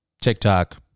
TikTok